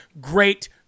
great